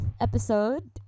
episode